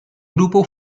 grupo